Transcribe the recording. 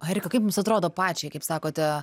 o erika kaip jums atrodo pačiai kaip sakote